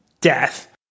death